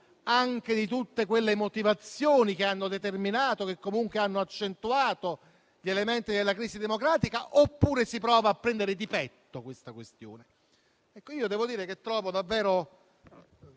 anche di tutte quelle motivazioni che hanno determinato e comunque hanno accentuato la crisi democratica stessa, oppure si prova a prendere di petto la questione?